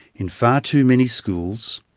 in far too many schools,